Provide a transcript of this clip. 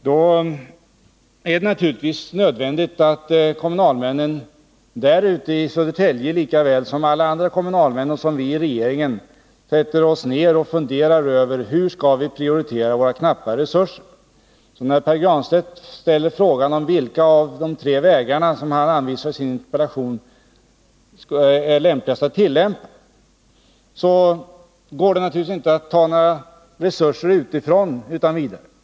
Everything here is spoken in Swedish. Då är det naturligtvis nödvändigt att kommunalmännen i Södertälje, lika väl som alla andra kommunalmän och som vi i regeringen får göra, sätter sig ner och funderar över hur vi skall prioritera våra knappa resurser. När Pär Granstedt ställer frågan om vilken av de tre vägar han anvisar i sin interpellation som är den lämpligaste att tillämpa, måste svaret bli att det naturligtvis inte går att ta några resurser utifrån utan vidare.